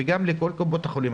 וגם לכל קופות החולים,